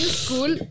school